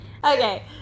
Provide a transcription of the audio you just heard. okay